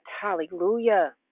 hallelujah